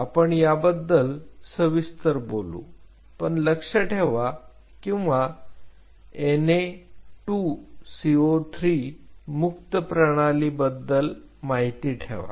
आपण याबद्दल सविस्तर बोलू फक्त लक्ष ठेवा किंवा Na2CO3 मुक्त प्रणाली बद्दल माहिती ठेवा